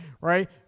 right